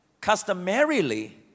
Customarily